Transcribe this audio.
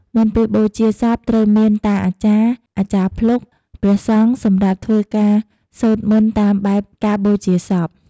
មុនពេលបូជាសពត្រូវមានតាអាចារ្យ អាចារ្យភ្លុក ព្រះសង្ឃ សម្រាប់ធ្វើការ សូត្រមន្តតាមបែបការបូជាសព។